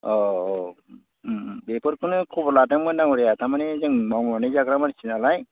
अ औ बेफोरखौनो खबर लादोंमोन दाङ'रिया थारमाने जों मावनानै जाग्रा मानसि नालाय